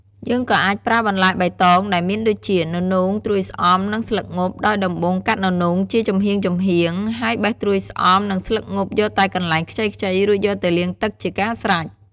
យើងក៏អាចប្រើបន្លែបៃតងដែលមានដូចជា ននោង ត្រួយស្អំ និងស្លឹកងប់ ដោយដំបូងកាត់ននោងជាចំហៀងៗ ហើយបេះត្រួយស្អំ និងស្លឹកងប់យកតែកន្លែងខ្ចីៗ រួចយកទៅលាងទឹកជាការស្រេច។